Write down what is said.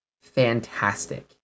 fantastic